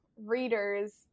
readers